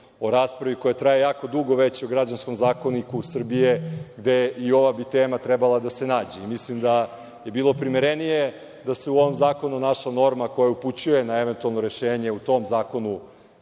o raspravi koja traje jako dugo o građanskom zakoniku Srbije, gde bi i ova tema trebalo da se nađe. Mislim da je bilo primerenije da se u ovom zakonu našla norma koja upućuje na eventualna rešenja u tom zakonu